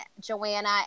Joanna